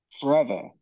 forever